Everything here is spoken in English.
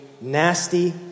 nasty